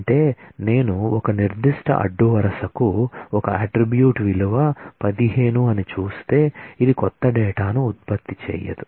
అంటే నేను ఒక నిర్దిష్ట అడ్డు వరుసకు ఒక అట్ట్రిబ్యూట్ విలువ 15 అని చూస్తే ఇది క్రొత్త డేటాను ఉత్పత్తి చేయదు